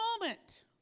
moment